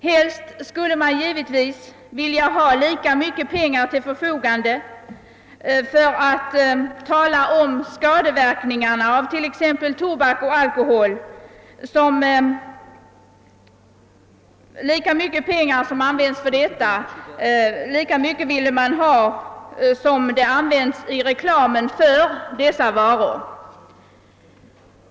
Helst skulle man givetvis vilja ha lika mycket pengar som används i reklamen för tobak och alkohol för att tala om skadeverkningarna av dessa produkter.